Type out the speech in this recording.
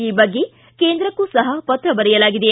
ಈ ಬಗ್ಗೆ ಕೇಂದ್ರಕ್ಕೂ ಸಹ ಪತ್ರ ಬರೆಯಲಾಗಿದೆ